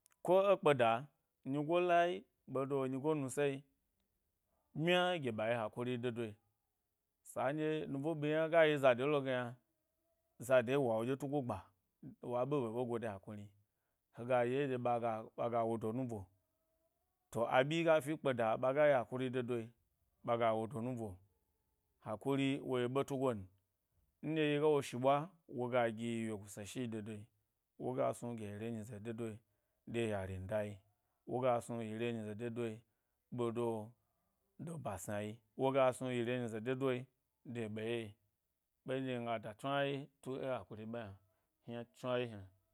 Ko e kpaeda, nyi go lai ɓedo nyigo nuse bmya gye ɓa yi akuri de doyi sa nɗye nu bo ɓiya gayi zade lo ge yna zade wa wo, ɗye tugo gba wa ɓẻ ɓẻ ɓẻ go de hakuri, hega ɗye ɗye, ɓaga wo do nubo to aɓyi ga fi kpeda ɓaga yi a kuri de doi ɓaga wo do nubo, hakuri, wo yi ɓetu gon, nɗye yiga wo shi bwa, woga gi yi wyogu se shi de doi woga snug ye yi re nyi ze de doi de yarin dayi woga snu yi re nyize de doi do ba sna yu woga snu yi re nyize dodo de ɓye. Ɓe nɗye miga da chnwawyi hna.